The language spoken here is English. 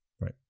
Right